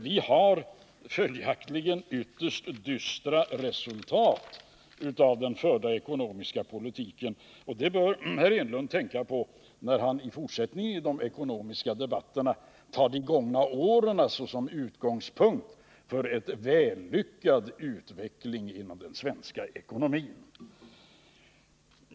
Vi har följaktligen fått ytterst dystra resultat av den förda ekonomiska politiken. Det bör herr Enlund tänka på när han i fortsättningen i de ekonomiska debatterna tar de gångna åren som utgångspunkt för en vällyckad utveckling inom den svenska ekonomin.